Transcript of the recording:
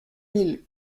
mille